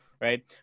right